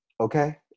Okay